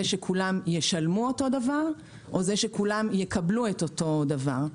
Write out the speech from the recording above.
שכולם ישלמו אותו דבר או שכולם יקבלו אותו דבר.